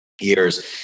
years